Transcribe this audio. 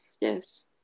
yes